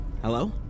hello